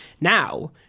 Now